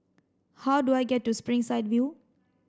how do I get to Springside View